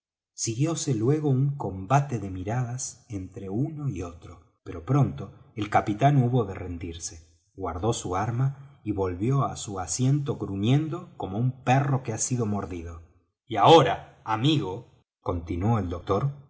del condado siguióse luego un combate de miradas entre uno y otro pero pronto el capitán hubo de rendirse guardó su arma y volvió á su asiento gruñendo como un perro que ha sido mordido y ahora amigo continuó el